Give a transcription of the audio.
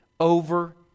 over